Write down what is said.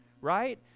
Right